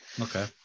Okay